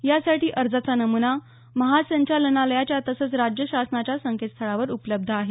यासाठी अर्जाचा नमूना महासंचालनालयाच्या तसंच राज्य शासनाच्या संकेतस्थळावर उपलब्ध आहे